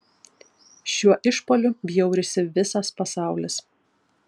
šiuo išpuoliu bjaurisi visas pasaulis